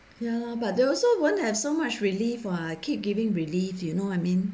ya lah but they also won't have so much relief [what] keep giving relief you know what I mean